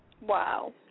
wow